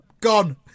gone